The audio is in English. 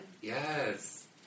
Yes